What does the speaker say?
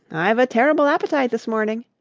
i've a terrible appetite this morning,